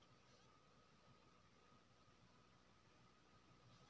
मुद्रा वाला लोन म कोन सब पेपर के जरूरत इ?